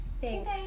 thanks